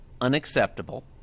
unacceptable